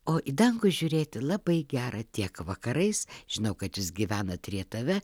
o į dangų žiūrėti labai gera tiek vakarais žinau kad jūs gyvenat rietave